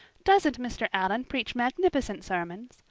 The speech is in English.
doesn't mr. allan preach magnificent sermons?